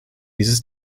dieses